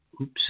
Oops